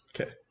Okay